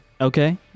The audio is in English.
Okay